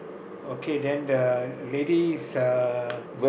okay then the lady is uh